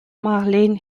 marleen